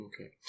Okay